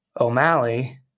O'Malley